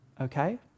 Okay